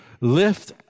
lift